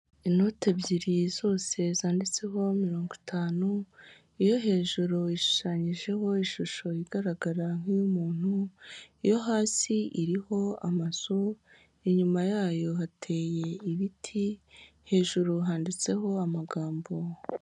Inoti ebyiri zose zanditseho mirongo itanu, iyo hejuru ishushanyijeho ishusho igaragara nk'iy'umuntu, iyo hasi iriho amazu, inyuma yayo hateye ibiti, hejuru handitseho amagambo.